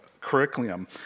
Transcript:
curriculum